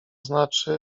znaczy